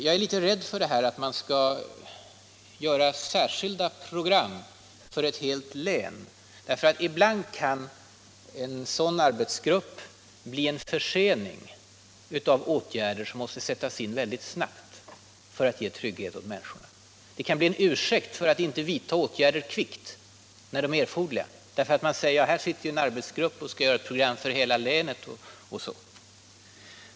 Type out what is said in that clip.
Jag är nämligen ibland litet rädd för att göra särskilda program för ett helt län. Tillsättandet av en arbetsgrupp kan ibland medföra att det blir en försening av åtgärder som måste sättas in mycket snabbt för att ge trygghet åt människorna. Det kan också bli en ursäkt för att inte vidta åtgärder kvickt, när de erfordras, därför att man säger att det här sitter en arbetsgrupp som skall göra upp ett program för hela länet.